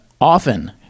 often